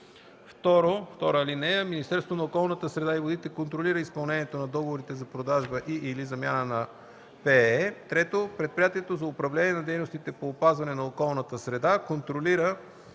(ПУДООС). (2) Министерството на околната среда и водите контролира изпълнението на договорите за продажба и/или замяна на ПЕЕ. (3) Предприятието за управление на дейностите по опазване на околната среда контролира